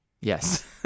Yes